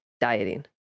dieting